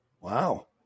Wow